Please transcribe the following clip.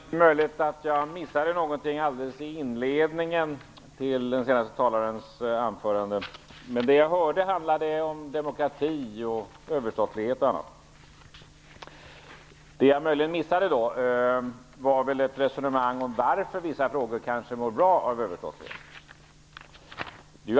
Herr talman! Det är möjligt att jag missade någonting alldeles i inledningen till den senaste talarens anförande. Men det jag hörde handlade om demokrati och överstatlighet och annat. Det jag möjligen missade var väl ett resonemang om varför vissa frågor kanske mår bra av överstatlighet.